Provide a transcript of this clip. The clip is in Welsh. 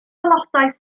aelodau